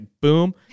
boom